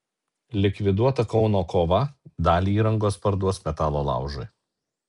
likviduota kauno kova dalį įrangos parduos metalo laužui